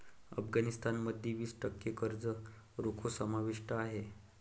अफगाणिस्तान मध्ये वीस टक्के कर्ज रोखे समाविष्ट आहेत